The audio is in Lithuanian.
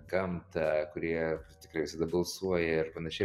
gamtą kurie tikrai visada balsuoja ir panašiai